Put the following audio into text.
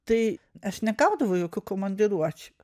tai aš negaudavau jokių komandiruočių